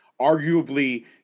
arguably